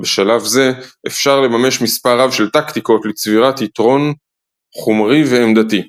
בשלב זה אפשר לממש מספר רב של טקטיקות לצבירת יתרון חומרי ועמדתי.